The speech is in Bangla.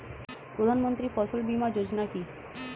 প্রধানমন্ত্রী ফসল বীমা যোজনা কি?